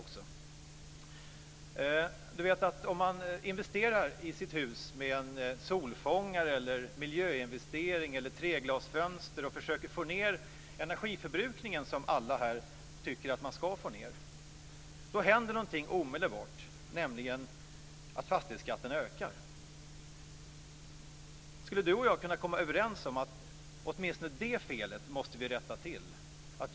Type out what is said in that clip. Om man investerar i sitt hus genom att installera solfångare, gör någon form av miljöinvestering eller byter till treglasfönster och på så sätt försöker få ned energiförbrukningen - som alla tycker ska sänkas - händer någonting omedelbart, nämligen att fastighetsskatten ökar. Skulle Bo Lundgren och jag kunna komma överens om att åtminstone det felet ska rättas till?